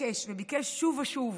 התעקש וביקש שוב ושוב,